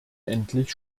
endlich